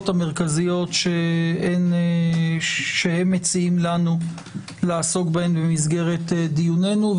המרכזיות שהם מציעים לנו לעסוק בהן במסגרת דיונינו,